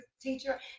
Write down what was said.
teacher